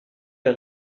der